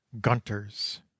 Gunters